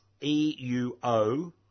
E-U-O